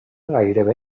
gairebé